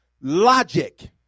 logic